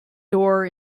door